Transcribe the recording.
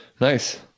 Nice